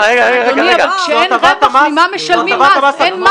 כשאין רווח, ממה משלמים מס?